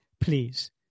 Please